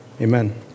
Amen